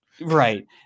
Right